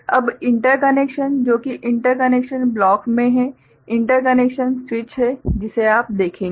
अब इंटरकनेक्शन जो कि इंटरकनेक्शन ब्लॉक में है इंटरकनेक्टशन स्विच है जिसे आप देखेंगे